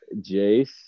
jace